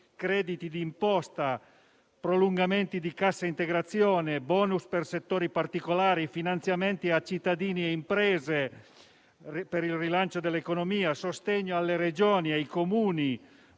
crediti di imposta, prolungamenti di cassa integrazione, bonus per settori particolari, finanziamenti a cittadini e imprese per il rilancio dell'economia, sostegno alle Regioni e ai Comuni,